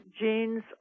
genes